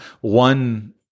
one